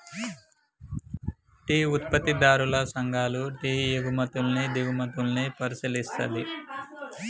tea ఉత్పత్తిదారుల సంఘాలు tea ఎగుమతుల్ని దిగుమతుల్ని పరిశీలిస్తది